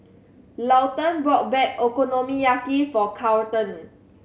Lawton bought Okonomiyaki for Carlton